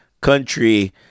country